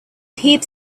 heaps